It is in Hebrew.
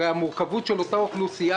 הם באו משם,